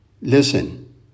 Listen